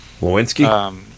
Lewinsky